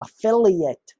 affiliate